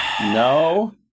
No